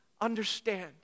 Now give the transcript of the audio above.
understand